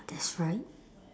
that's right